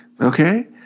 okay